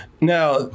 Now